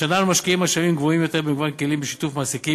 השנה אנו משקיעים משאבים גבוהים יותר במגוון כלים ובשיתוף מעסיקים,